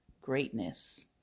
greatness